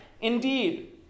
Indeed